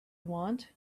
want